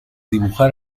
dibujar